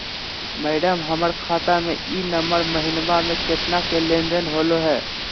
madam, हमर खाता में ई नवंबर महीनमा में केतना के लेन देन होले है